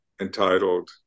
entitled